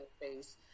face